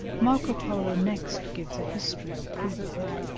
marco polo next gives a history of kublai,